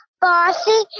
bossy